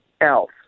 else